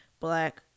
black